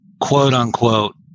quote-unquote